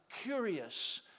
curious